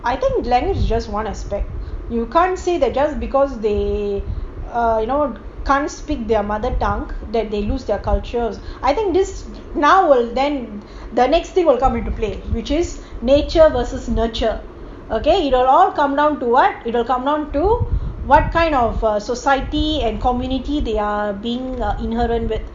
I think language is just one aspect you can't say that just because they ugh you know can't speak their mother tongue that they lose their cultures I think this now and then the next thing will come into play which is nature versus nurture okay it will all come down to what it'll come down to what kind of society and community they are being inherent with